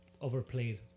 overplayed